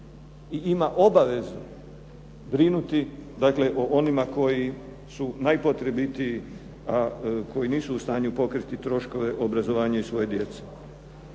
i ima obavezu brinuti dakle o onima koji su najpotrebitiji, koji nisu u stanju pokriti troškove obrazovanja svoje djece.